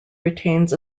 retains